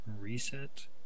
reset